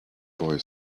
boy